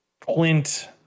Clint